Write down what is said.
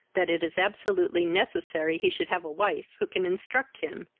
that it is absolutely necessary he should have a wife who can instruct him,